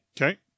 Okay